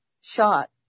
shot